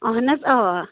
اہن حَظ آ